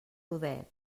rodet